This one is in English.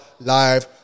live